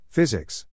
Physics